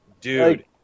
Dude